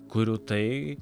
kuriu tai